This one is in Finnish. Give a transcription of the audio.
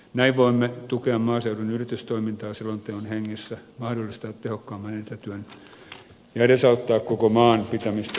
näin voimme tukea maaseudun yritystoimintaa selonteon hengessä mahdollistaa tehokkaamman etätyön ja edesauttaa koko maan pitämistä asuttuna